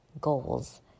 goals